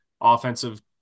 offensive